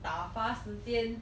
打发时间